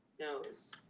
knows